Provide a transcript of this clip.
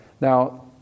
Now